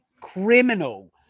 Criminal